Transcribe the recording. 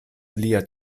lia